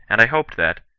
and i hoped that,